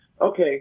okay